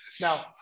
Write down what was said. Now